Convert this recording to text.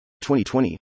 2020